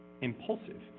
impulsive